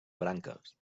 branques